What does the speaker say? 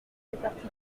difficulté